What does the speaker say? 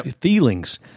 feelings